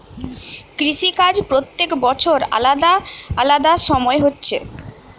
কৃষি কাজ প্রত্যেক বছর আলাদা আলাদা সময় হচ্ছে